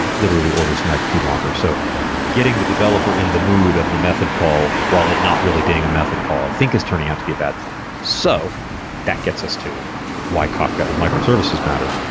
literally, orders of magnitude longer. so getting the developer in the mood of the method call while it not really being a method call i think is turning out to be a bad thing. so that gets us to why kafka and microservices matter.